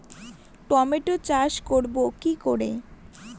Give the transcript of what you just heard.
Tomato চাষ করব কি করে?